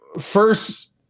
first